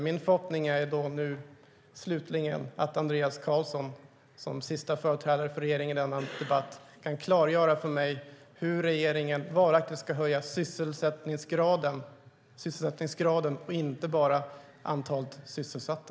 Min förhoppning är därför att Andreas Carlson slutligen, som sista företrädare för regeringen i denna debatt, kan klargöra för mig hur regeringen varaktigt ska höja sysselsättningsgraden och inte bara antalet sysselsatta.